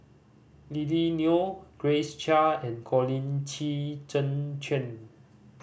Lily Neo Grace Chia and Colin Qi Zhe Quan